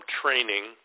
training